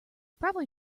probably